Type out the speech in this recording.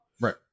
Right